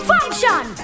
Function